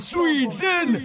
Sweden